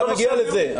אני גם אגיע לזה.